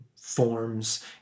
forms